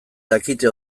dakite